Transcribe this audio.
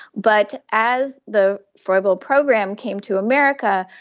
but as the frobel program came to america,